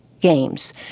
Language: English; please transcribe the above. Games